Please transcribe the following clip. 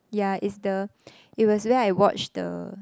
ya is the it was where I watch the